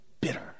bitter